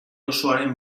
osoaren